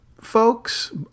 folks